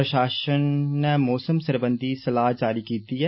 प्रषासन च मौसम सरबंधी सलाह जारी कीती ऐ